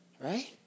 right